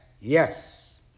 yes